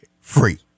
Free